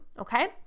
okay